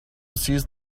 seized